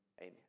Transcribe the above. Amen